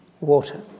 water